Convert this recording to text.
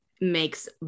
makes